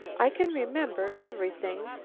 i can remember everything,